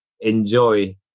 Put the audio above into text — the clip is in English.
enjoy